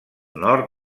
nord